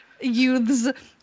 Youths